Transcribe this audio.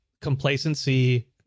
complacency